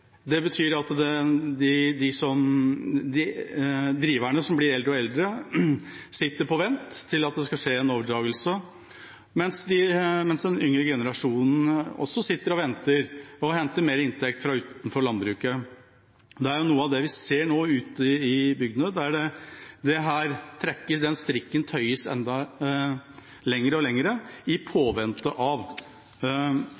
Det betyr at driverne, som blir eldre og eldre, sitter på vent til det skal skje en overdragelse, mens den yngre generasjonen også sitter og venter og henter mer inntekter utenfor landbruket. Dette er noe av det som vi ser nå ute i bygdene – den strikken tøyes lengre og lengre, i